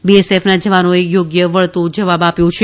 બીએસએફના જવાનોએ યોગ્ય વળતો જવાબ આપ્યો છે